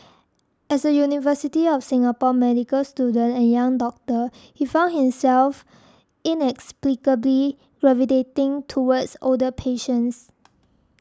as a University of Singapore medical student and young doctor he found himself inexplicably gravitating towards older patients